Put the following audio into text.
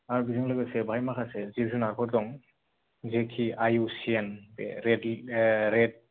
आरो बेजों लोगोसे बाहाय माखासे जिब जुनादफोर दं जेखि आइ उ सि एन बे रेद रेद